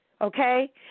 Okay